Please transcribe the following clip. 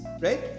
right